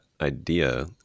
idea